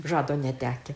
žado netekę